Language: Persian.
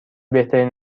بهترین